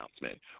announcement